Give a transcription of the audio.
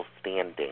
standing